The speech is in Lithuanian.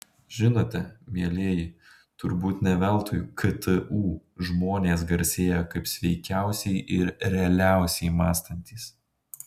žinote mielieji turbūt ne veltui ktu žmonės garsėja kaip sveikiausiai ir realiausiai mąstantys